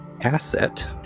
asset